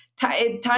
time